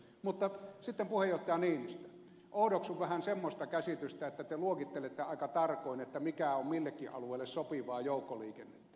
mutta sitten puheenjohtaja niinistö oudoksun vähän semmoista käsitystä että te luokittelette aika tarkoin mikä on millekin alueelle sopivaa joukkoliikennettä